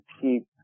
keep